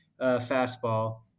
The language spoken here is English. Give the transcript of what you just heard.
fastball